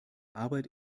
arbeit